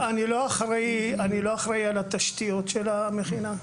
אני לא אחראי על התשתיות של המכינה.